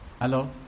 Hello